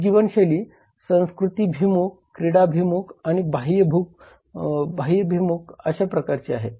ही जीवनशैली संस्कृतीभिमुख क्रीडाभिमुख किंवा बाह्यभिमुख अशा प्रकारची आहे